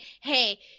hey –